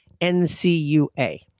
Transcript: NCUA